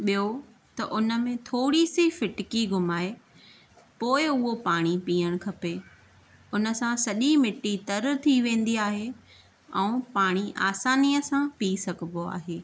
ॿियो त हुन में थोरी सी फिटकी घुमाए पोइ उहो पाणी पीअणु खपे हुन सां सॼी मिटी तर थी वेंदी आहे पाणी ऐं आसानीअ सां पी सघिबो आहे